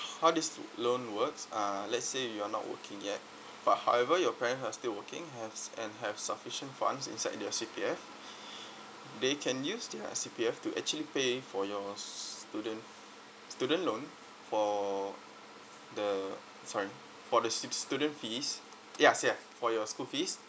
how this loan works uh let's say you're not working yet but however your parents are still working has and have sufficient funds inside their C_P_F they can use their C_P_F to actually pay for your students student loan for the sorry for the s~ student fees ya yes for your school fees